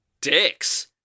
dicks